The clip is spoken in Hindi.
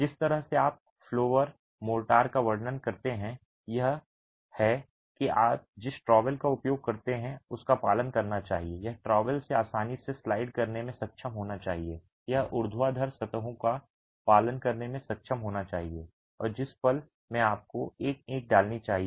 जिस तरह से आप फ्लोवर मोर्टार का वर्णन करते हैं वह यह है कि आप जिस ट्रॉवेल का उपयोग करते हैं उसका पालन करना चाहिए यह ट्रॉवेल से आसानी से स्लाइड करने में सक्षम होना चाहिए यह ऊर्ध्वाधर सतहों पर पालन करने में सक्षम होना चाहिए और जिस पल में आपको एक ईंट डालनी चाहिए